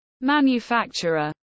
manufacturer